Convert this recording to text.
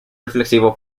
reflexivo